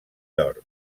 york